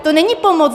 To není pomoc.